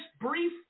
brief